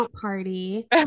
party